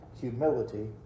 humility